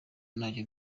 ntacyo